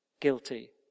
guilty